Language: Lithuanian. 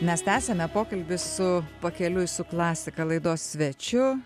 mes tęsiame pokalbį su pakeliui su klasika laidos svečiu